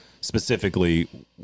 specifically